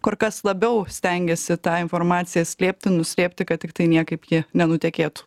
kur kas labiau stengiasi tą informaciją slėpti nuslėpti kad tiktai niekaip ji nenutekėtų